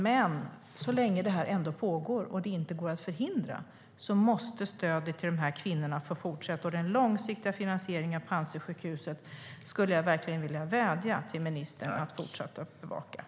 Men så länge det här ändå pågår och det inte går att förhindra måste stödet till kvinnorna få fortsätta. Och jag skulle verkligen vilja vädja till ministern att hon ska fortsätta att bevaka den långsiktiga finansieringen av Panzisjukhuset.